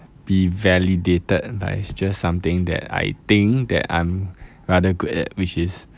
be validated but it's just something that I think that I'm rather good at which is